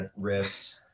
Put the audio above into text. riffs